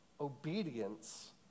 obedience